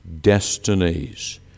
destinies